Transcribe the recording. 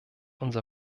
unser